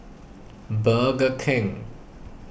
Burger King